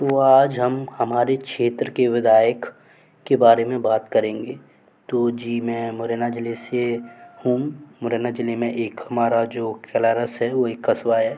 तो आज हम हमारे क्षेत्र के विधायक के बारे में बात करेंगे तो जी मैं मुरैना ज़िले से हूँ मुरैना ज़िले में एक हमारा जो सलावस है वो एक कस्बा है